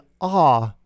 awe